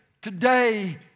today